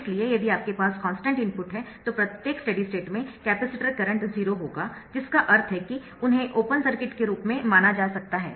इसलिए यदि आपके पास कॉन्स्टन्ट इनपुट है तो प्रत्येक स्टेडी स्टेट में कैपेसिटर करंट 0 होगा जिसका अर्थ है कि उन्हें ओपन सर्किट के रूप में माना जा सकता है